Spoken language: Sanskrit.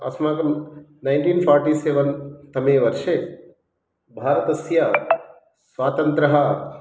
अस्माकं नैन्टीन् फ़ार्टि सेवेन् तमे वर्षे भारतस्य स्वातन्त्र्यम्